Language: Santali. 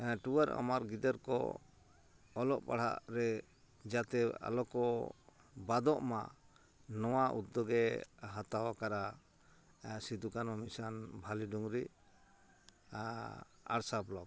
ᱴᱩᱣᱟᱹᱨ ᱚᱢᱚᱨ ᱜᱤᱫᱟᱹᱨ ᱠᱚ ᱚᱞᱚᱜ ᱯᱟᱲᱦᱟᱜ ᱨᱮ ᱡᱟᱛᱮ ᱟᱞᱚᱠᱚ ᱵᱟᱫᱚᱜ ᱢᱟ ᱱᱚᱣᱟ ᱩᱫᱽᱫᱳᱜᱽᱮ ᱦᱟᱛᱟᱣ ᱟᱠᱟᱜᱼᱟ ᱥᱤᱫᱩ ᱠᱟᱱᱩ ᱢᱤᱥᱚᱱ ᱵᱷᱟᱞᱤ ᱰᱩᱝᱨᱤ ᱟᱲᱥᱟ ᱵᱞᱚᱠ